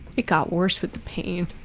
it got worse with the pain.